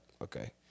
okay